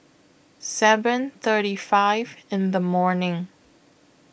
seven thirty five in The morning